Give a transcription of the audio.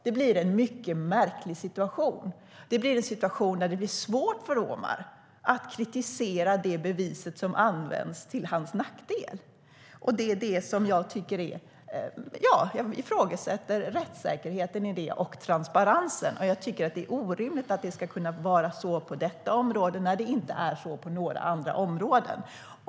Det blir en mycket märklig situation där det blir svårt för Omar att kritisera det beviset som används till hans nackdel. Jag ifrågasätter rättssäkerheten och transparensen i detta. Jag tycker att det är orimligt att det ska få vara så på detta område när det inte är så på några andra områden.